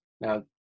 Now